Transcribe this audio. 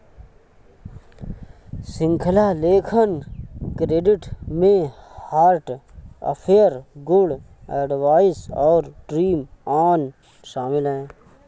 श्रृंखला लेखन क्रेडिट में हार्ट अफेयर, गुड एडवाइस और ड्रीम ऑन शामिल हैं